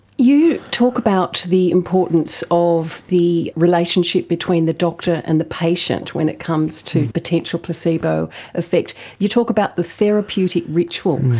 you talk about the importance of the relationship between the doctor and the patient when it comes to potential placebo effect. you talk about the therapeutic ritual.